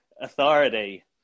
authority